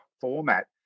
format